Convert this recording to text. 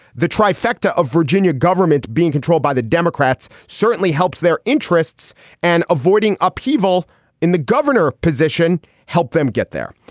the trifecta of virginia government being controlled by the democrats certainly helps their interests and avoiding upheaval in the governor position helped them get there.